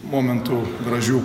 momentų gražių